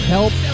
Help